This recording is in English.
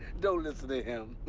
don't listen to him.